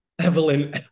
Evelyn